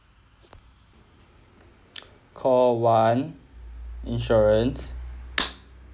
call one insurance